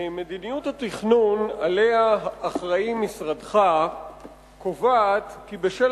מדיניות התכנון שעליה אחראי משרדך קובעת כי בשל